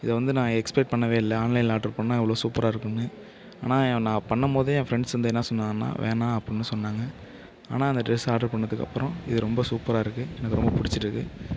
இதை வந்து நான் எக்ஸ்பெக்ட் பண்ணவே இல்லை ஆன்லைனில் ஆட்ரு பண்ணால் இவ்வளோ சூப்பராக இருக்கும்னு ஆனால் நான் பண்ணும் போதே என் ஃபரெண்ட்ஸ் வந்து என்ன சொன்னாங்கன்னா வேணாம் அப்படினு சொன்னாங்க ஆனால் அந்த ட்ரெஸ் ஆட்ரு பண்ணதுக்கு அப்புறம் இது ரொம்ப சூப்பராக இருக்குது எனக்கு ரொம்ப புடிச்சுட்டுருக்கு